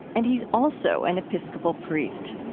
and he's also an episcopal priest.